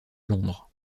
londres